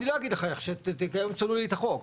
אני לא אגיד לך, שאתם תשנו לי את החוק.